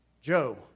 Joe